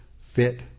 fit